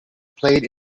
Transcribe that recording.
played